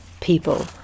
people